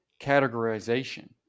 categorization